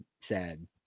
sad